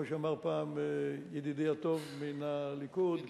כמו שאמר פעם ידידי הטוב מן הליכוד,